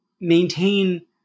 maintain